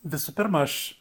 visų pirma aš